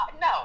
no